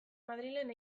madrilen